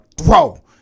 throw